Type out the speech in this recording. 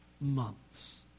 months